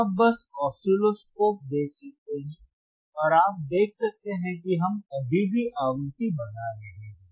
आप बस ऑसिलोस्कोप देख सकते हैं और आप देख सकते हैं कि हम अभी भी आवृत्ति बढ़ा रहे हैं